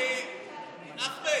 להחליף,